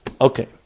Okay